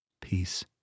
peace